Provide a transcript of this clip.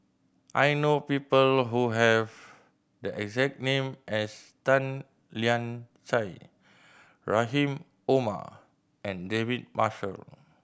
I know people who have the exact name as Tan Lian Chye Rahim Omar and David Marshall